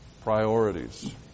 priorities